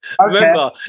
Remember